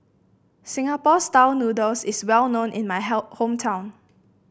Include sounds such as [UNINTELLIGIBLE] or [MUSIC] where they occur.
Singapore style noodles is well known in my [UNINTELLIGIBLE] hometown